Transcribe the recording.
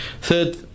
Third